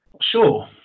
sure